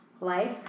life